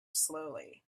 slowly